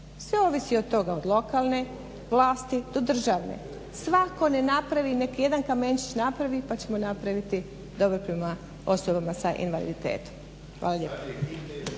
Sve ovisi od toga od lokalne vlasti do državne. Svako nek' napravi, jedan kamenčić nek' napravi pa ćemo napraviti dobro prema osobama sa invaliditetom. Hvala lijepo.